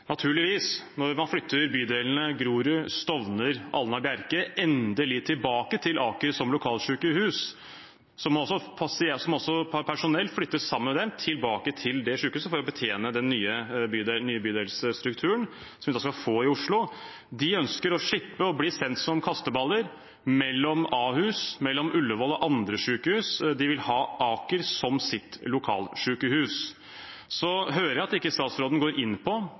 Naturligvis, når man flytter bydelene Grorud, Stovner, Alna og Bjerke endelig tilbake til Aker som lokalsykehus, må også personell flyttes med tilbake til det sykehuset for å betjene den nye bydelsstrukturen som vi skal få i Oslo. De ønsker å slippe å bli sendt som kasteballer mellom Ahus, Ullevål og andre sykehus. De vil ha Aker som sitt lokalsykehus. Jeg hører at statsråden ikke går inn på